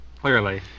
Clearly